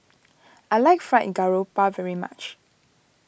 I like Fried Garoupa very much